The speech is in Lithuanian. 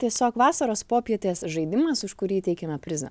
tiesiog vasaros popietės žaidimas už kurį įteikiame prizą